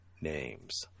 names